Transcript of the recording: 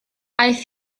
aeth